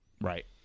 Right